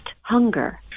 hunger